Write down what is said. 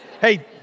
hey